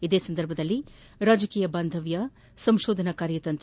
ಇದೇ ಸಂದರ್ಭದಲ್ಲಿ ರಾಜಕೀಯ ಬಾಂಧವ್ಯ ಸಂಶೋಧನಾ ಕಾರ್ಯತಂತ್ರ